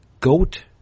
Goat